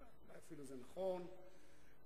ואפילו זה נכון,